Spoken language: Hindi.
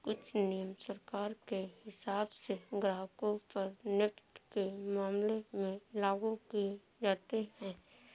कुछ नियम सरकार के हिसाब से ग्राहकों पर नेफ्ट के मामले में लागू किये जाते हैं